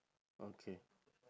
okay